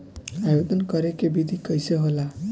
आवेदन करे के विधि कइसे होला?